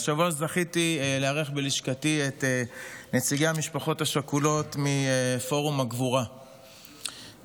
השבוע זכיתי לארח בלשכתי את נציגי המשפחות השכולות מפורום הגבורה,